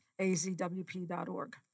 azwp.org